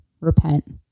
Repent